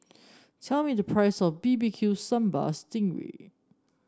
tell me the price of B B Q Sambal Sting Ray